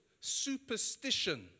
Superstition